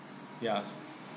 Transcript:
ya s~